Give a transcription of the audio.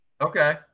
okay